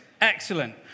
Excellent